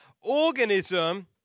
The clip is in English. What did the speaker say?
organism